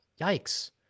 yikes